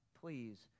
please